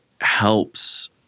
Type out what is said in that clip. helps